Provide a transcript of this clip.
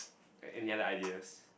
any other ideas